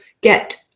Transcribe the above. get